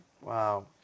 Wow